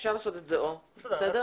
אפשר לעשות את זה "או", בסדר?